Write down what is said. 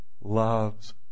loves